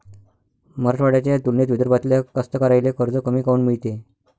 मराठवाड्याच्या तुलनेत विदर्भातल्या कास्तकाराइले कर्ज कमी काऊन मिळते?